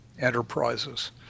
enterprises